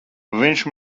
viņš